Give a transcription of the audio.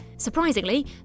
Surprisingly